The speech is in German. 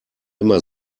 immer